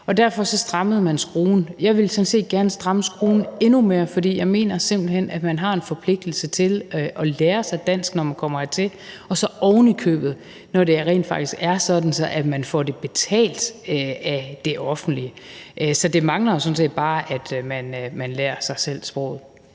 derfor strammede man skruen. Jeg ville sådan set gerne stramme skruen endnu mere, for jeg mener simpelt hen, at man har en forpligtelse til at lære sig dansk, når man kommer hertil, og så oven i købet når det rent faktisk er sådan, at man får det betalt af det offentlige. Så det manglede da bare, at man lærer sig selv sproget.